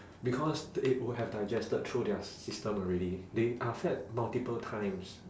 because they would have digested through their system already they are fed multiple times